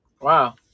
wow